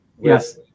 Yes